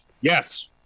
Yes